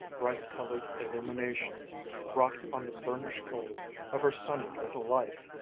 bright-colored illuminations wrought on the burnished gold of her sunny little life.